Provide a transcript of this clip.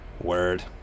Word